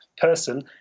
person